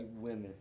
women